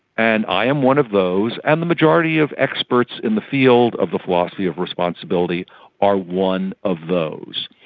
and i am one of those, and the majority of experts in the field of the philosophy of responsibility are one of those.